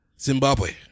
Zimbabwe